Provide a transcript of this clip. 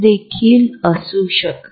ठीक आहे